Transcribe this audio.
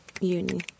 uni